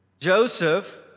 Joseph